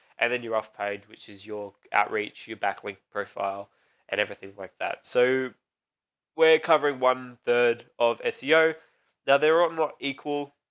and then you're off page, which is your outreach, your backlink profile and everything like that. so we're covering one third of seo there. there aren't more equal.